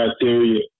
criteria